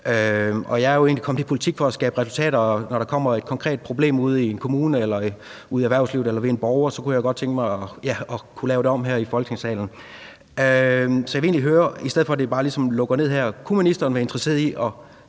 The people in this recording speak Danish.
egentlig kommet ind i politik for at skabe resultater, og når der kommer et konkret problem ude i en kommune eller i erhvervslivet eller hos en borger, kunne jeg godt tænke mig at lave det om her fra Folketingssalen. Så jeg vil egentlig høre – i stedet for at det ligesom bare bliver lukket ned her – om ministeren kunne være interesseret i, at